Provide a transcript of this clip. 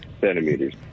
centimeters